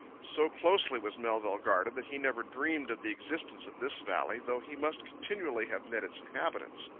so closely was melville guarded that he never dreamed of the existence of this valley, though he must continually have met its inhabitants,